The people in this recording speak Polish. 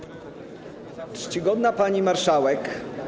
Czcigodna Pani Marszałek!